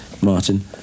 Martin